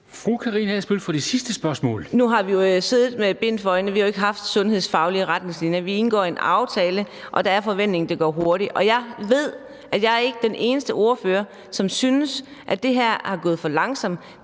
Karina Adsbøl (DF): Nu har vi jo siddet med bind for øjnene, for vi har ikke haft de sundhedsfaglige retningslinjer. Vi indgår en aftale, og forventningen er, at det går hurtigt. Jeg ved, at jeg ikke er den eneste ordfører, som synes, at det her er gået for langsomt,